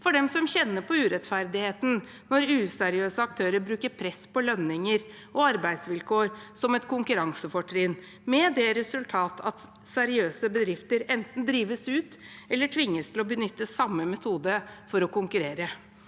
for dem som kjenner på urettferdigheten når useriøse aktører bruker press på lønninger og arbeidsvilkår som et konkurransefortrinn, med det resultat at seriøse bedrifter enten drives ut eller tvinges til å benytte samme metode for å konkurrere.